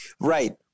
Right